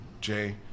Jay